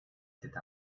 cette